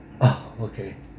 oh okay